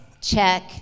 Check